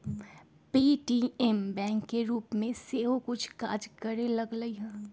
Paytm bank के रूप में सेहो कुछ काज करे लगलै ह